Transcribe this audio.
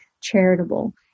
charitable